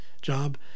job